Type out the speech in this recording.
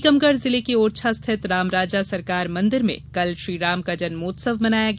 टीकमगढ़ जिले के ओरछा स्थित रामराजा सरकार मंदिर में कल श्रीराम का जन्मोत्सव मनाया गया